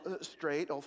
straight